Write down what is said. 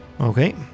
Okay